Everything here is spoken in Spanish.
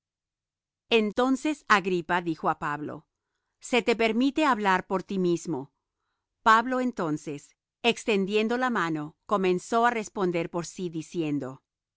entonces agripa dijo á pablo se te permite hablar por ti mismo pablo entonces extendiendo la mano comenzó á responder por sí diciendo